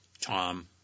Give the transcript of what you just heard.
Tom